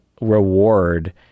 reward